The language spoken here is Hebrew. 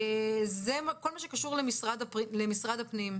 זה כל מה שקשור למשרד הפנים.